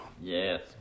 Yes